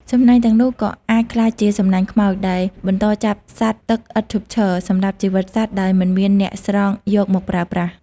សំណាញ់ទាំងនោះក៏អាចក្លាយជា "សំណាញ់ខ្មោច" ដែលបន្តចាប់សត្វទឹកឥតឈប់ឈរ សម្លាប់ជីវិតសត្វដោយមិនមានអ្នកស្រង់យកមកប្រើប្រាស់។